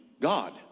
God